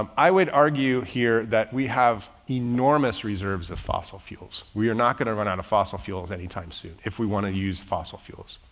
um i would argue here that we have enormous reserves of fossil fuels. we are not going to run out of fossil fuels anytime soon if we want to use fossil fuels,